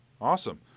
awesome